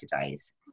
days